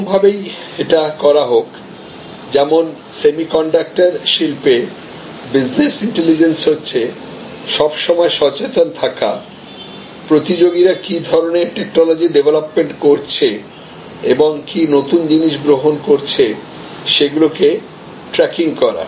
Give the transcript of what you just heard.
যে রকম ভাবেই এটা করা হোকযেমন সেমিকন্ডাক্টর শিল্পে বিজনেস ইন্টেলিজেন্স হচ্ছে সব সময় সচেতন থাকা প্রতিযোগিরা কি ধরনের টেকনোলজি ডেভলপমেন্ট করছে এবং কি নতুন জিনিস গ্রহণ করছে সেগুলো কে ট্র্যাকিং করা